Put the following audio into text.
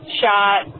shot